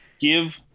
Give